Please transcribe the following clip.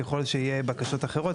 כלל שיהיו בקשות אחרות,